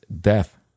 death